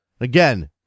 Again